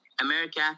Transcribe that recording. America